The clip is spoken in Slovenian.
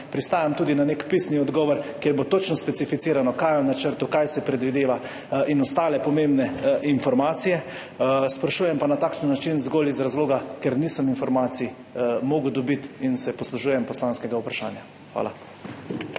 pristajam tudi na nek pisni odgovor, kjer bo točno specificirano, kaj je v načrtu, kaj se predvideva in ostale pomembne informacije. Sprašujem pa na takšen način zgolj iz razloga, ker nisem mogel dobiti informacij in se poslužujem poslanskega vprašanja. Hvala.